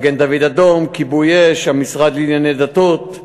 מגן-דוד-אדום, כיבוי אש, המשרד לענייני דתות,